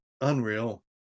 Unreal